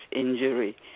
injury